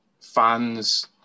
fans